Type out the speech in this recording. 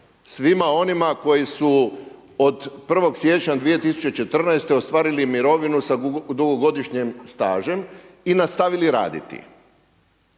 svima onima koji su od 1. siječnja 2014. ostvarili mirovinu sa dugogodišnjim stažem i nastavili raditi